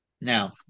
now